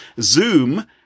Zoom